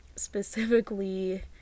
Specifically